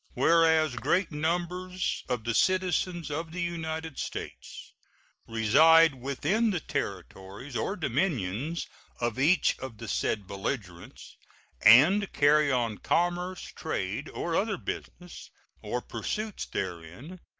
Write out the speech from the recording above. whereas great numbers of the citizens of the united states reside within the territories or dominions of each of the said belligerents and carry on commerce, trade, or other business or pursuits therein,